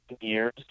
years